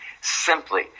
simply